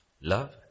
Love